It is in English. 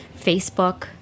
Facebook